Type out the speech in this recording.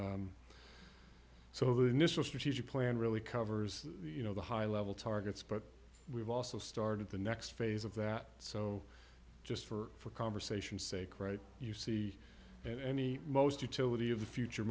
so the initial strategic plan really covers the you know the high level targets but we've also started the next phase of that so just for conversation sake right you see and any most utility of the future